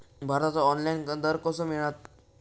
भाताचो ऑनलाइन दर कसो मिळात?